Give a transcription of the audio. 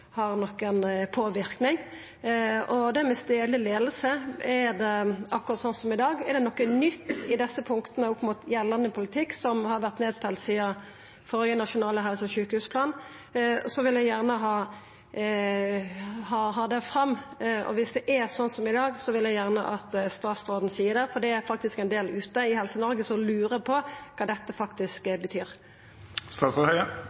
har nokon påverknad? Og når det gjeld stadleg leiing, er det akkurat sånn som i dag? Er det noko nytt i desse punkta opp mot gjeldande politikk, som har vore nedfelt sidan førre nasjonale helse- og sjukehusplan, vil eg gjerne ha det fram. Viss det er sånn som i dag, vil eg gjerne at statsråden seier det, for det er faktisk ein del ute i Helse-Noreg som lurer på kva dette faktisk